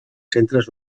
centres